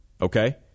Okay